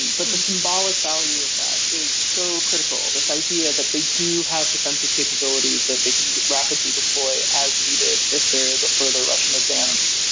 but the symbolic value of that is so critical. this idea that they do have defensive capabilities that they can rapidly deploy as needed if there is a further russian advance.